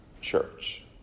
church